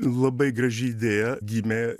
labai graži idėja gimė